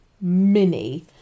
mini